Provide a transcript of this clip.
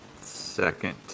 Second